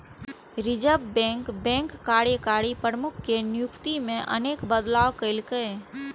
reserve bank बैंकक कार्यकारी प्रमुख के नियुक्ति मे अनेक बदलाव केलकै